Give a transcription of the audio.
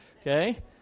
okay